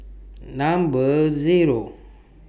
Number Zero